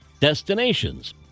destinations